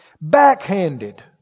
backhanded